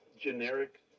generic